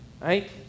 Right